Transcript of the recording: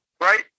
right